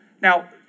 Now